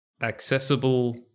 Accessible